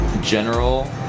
general